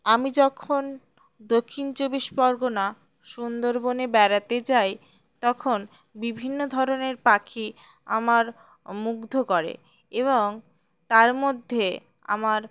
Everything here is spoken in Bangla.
আমি যখন দক্ষিণ চব্বিশ পরগনা সুন্দরবনে বেড়াতে যাই তখন বিভিন্ন ধরনের পাখি আমার মুগ্ধ করে এবং তার মধ্যে আমার